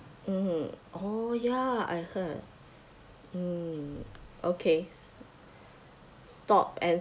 mmhmm oh ya I heard mm okay stop and